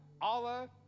Allah